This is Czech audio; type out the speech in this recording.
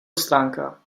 stránka